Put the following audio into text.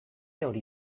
hori